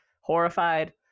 horrified